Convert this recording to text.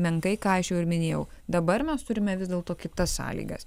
menkai ką aš jau ir minėjau dabar mes turime vis dėlto kitas sąlygas